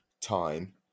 time